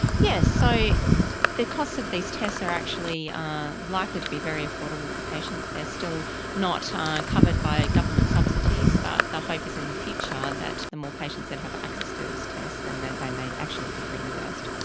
yes. so the costs of these tests are actually likely to be very affordable for patients. they're still um not um covered by government subsidies but the hope is in the future that the more patients that have access to these tests, then then they may actually be reimbursed.